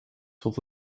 tot